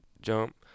jump